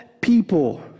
people